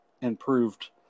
improved